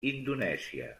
indonèsia